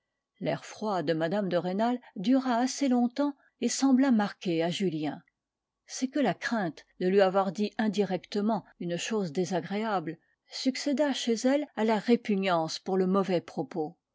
l'air froid de mme de rênal dura assez longtemps et sembla marqué à julien c'est que la crainte de lui avoir dit indirectement une chose désagréable succéda chez elle à la répugnance pour le mauvais propos